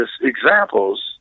examples